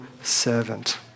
servant